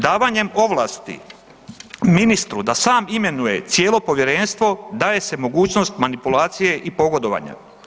Davanjem ovlasti ministru da sam imenuje cijelo povjerenstvo daje se mogućnost manipulacije i pogodovanja.